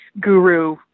guru